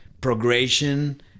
progression